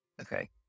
Okay